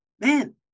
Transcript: man